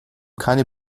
keine